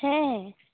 ᱦᱮᱸᱻ